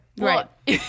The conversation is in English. Right